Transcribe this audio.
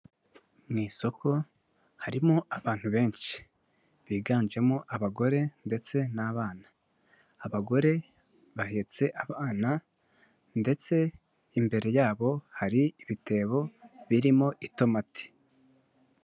Mu isoko harimo abantu benshi biganjemo abagore ndetse n'abana, abagore bahetse abana ndetse imbere yabo hari ibitebo birimo itomati.